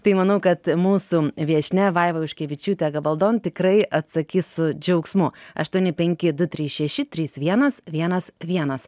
tai manau kad mūsų viešnia vaiva juškevičiūtė gabaldon tikrai atsakys su džiaugsmu aštuoni penki du trys šeši trys vienas vienas vienas